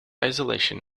isolation